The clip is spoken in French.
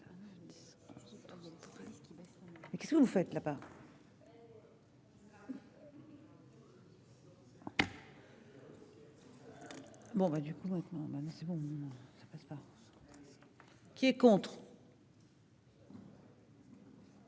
Qui est contre.